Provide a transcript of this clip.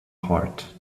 heart